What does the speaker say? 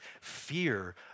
fear